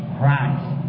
Christ